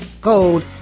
gold